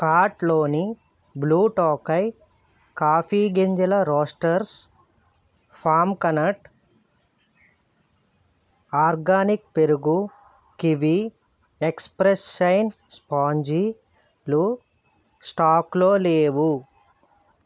కార్ట్లోని blue Tokai coffee గింజల roasters farm connect organic పెరుగు kiwi express shine స్పాంజీలు స్టాక్లో లేవు